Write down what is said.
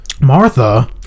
Martha